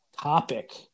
topic